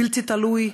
בלתי תלוי,